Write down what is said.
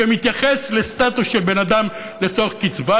שמתייחס לסטטוס של בן אדם לצורך קצבה.